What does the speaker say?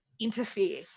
interfere